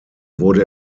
wurde